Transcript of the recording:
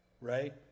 right